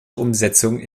umsetzung